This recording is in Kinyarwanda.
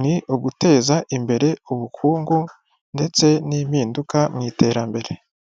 ni uguteza imbere ubukungu ndetse n'impinduka mu iterambere."